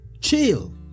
chill